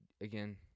Again